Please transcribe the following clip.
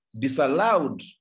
Disallowed